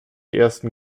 ersten